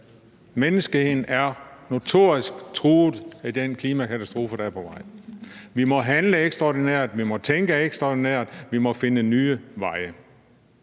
Menneskeheden er notorisk truet af den klimakatastrofe, der er på vej. Vi må handle ekstraordinært, vi må tænke ekstraordinært, vi må finde nye veje.